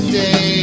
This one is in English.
day